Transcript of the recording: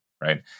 right